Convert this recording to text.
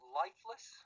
lifeless